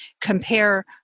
compare